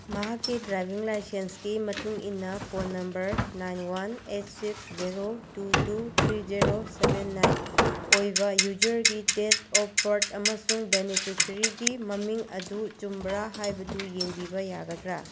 ꯃꯍꯥꯛꯀꯤ ꯗ꯭ꯔꯥꯏꯕꯤꯡ ꯂꯥꯏꯁꯦꯟꯁꯀꯤ ꯃꯇꯨꯡ ꯏꯟꯅ phone number nine one eight six zero two two three zero seven nine ꯑꯣꯏꯕ ꯌꯨꯖꯔꯒꯤ ꯗꯦꯠ ꯑꯣꯐ ꯕꯥꯔꯠ ꯑꯃꯁꯨꯡ ꯕꯦꯅꯐꯤꯁꯔꯤꯒꯤ ꯃꯃꯤꯡ ꯑꯗꯨ ꯆꯨꯝꯕ꯭ꯔꯥ ꯍꯥꯏꯕꯗꯨ ꯌꯦꯡꯕꯤꯕ ꯌꯥꯒꯗ꯭ꯔꯥ